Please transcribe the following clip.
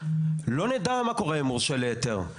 לא נדע מה קורה עם מורשה להיתר.